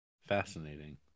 Fascinating